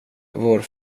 vår